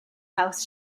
house